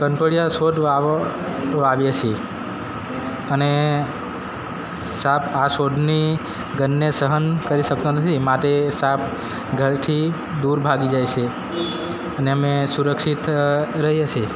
કંઠોડિયા છોડ વાવ વાવીએ છીએ અને સાપ આ છોડની ગંધને સહન કરી શકતો નથી માટે સાપ ઘરથી દૂર ભાગી જાય છે અને અમે સુરક્ષિત રહીએ છે